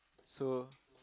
so